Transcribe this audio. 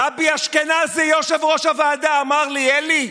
גבי אשכנזי, יושב-ראש הוועדה, אמר לי: אלי,